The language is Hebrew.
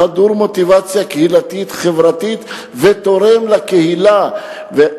חדור מוטיבציה קהילתית-חברתית ותורם לקהילה.